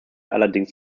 allerdings